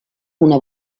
una